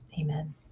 Amen